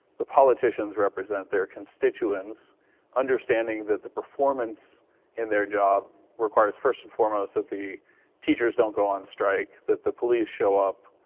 the politicians represent their constituents understanding that the performance in their job requires first and foremost that the teachers don't go on strike, that the police show up,